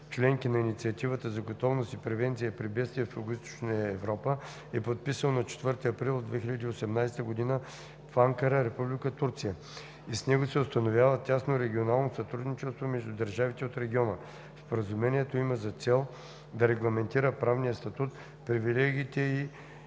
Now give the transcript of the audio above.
членки на Инициативата за готовност и превенция при бедствия в Югоизточна Европа (DPP1 SEE), е подписано на 4 април 2018 г. в Анкара, Република Турция, и с него се установява тясно регионално сътрудничество между държавите от региона. Споразумението има за цел да регламентира правния статут, привилегиите и